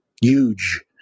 huge